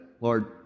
lord